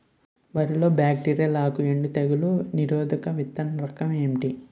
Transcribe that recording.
వరి లో బ్యాక్టీరియల్ ఆకు ఎండు తెగులు నిరోధక విత్తన రకం ఏంటి?